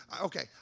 Okay